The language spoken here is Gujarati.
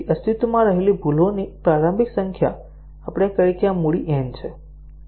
અસ્તિત્વમાં રહેલી ભૂલોની પ્રારંભિક સંખ્યા આપણે કહીએ કે આ મૂડી N છે